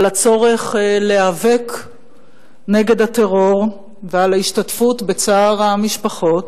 על הצורך להיאבק נגד הטרור ועל השתתפות בצער המשפחות,